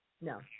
No